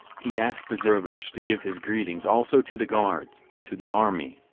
he asked the tsarevitch to give his greetings also to the guards, to the army,